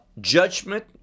judgment